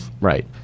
Right